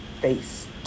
Face